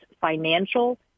financial